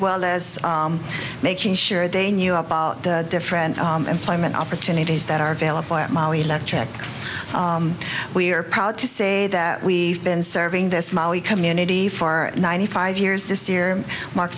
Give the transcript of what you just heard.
well as making sure they knew about the different employment opportunities that are available at molly electric we are proud to say that we've been serving this mali community for ninety five years this year mark